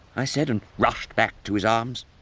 i said and rushed back to his arms.